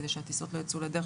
כדי שהטיסות לא יצאו לדרך.